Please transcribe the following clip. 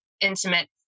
intimate